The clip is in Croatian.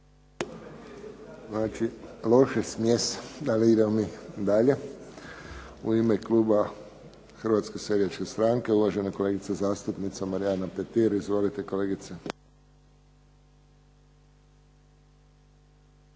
Znači loše smjese. Ali idemo mi dalje. U ime kluba Hrvatske seljačke stranke uvažena kolegica zastupnica Marijana Petir. Izvolite kolegice.